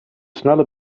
snelle